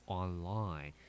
online